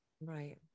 right